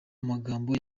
amagambo